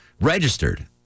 registered